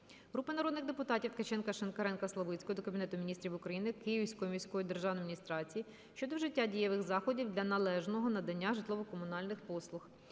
Групи народних депутатів (Ткаченка, Шинкаренка, Славицької) до Кабінету Міністрів України, Київської міської державної адміністрації щодо вжиття дієвих заходів для належного надання житлово-комунальних послуг.